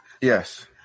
Yes